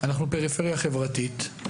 אנחנו פריפריה חברתית,